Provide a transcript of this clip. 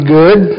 good